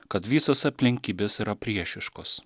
kad visos aplinkybės yra priešiškos